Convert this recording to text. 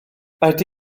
ydy